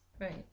right